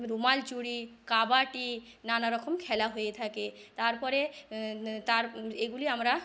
রুমাল চুরি কবাডি নানা রকম খেলা হয়ে থাকে তারপরে তার এগুলি আমরা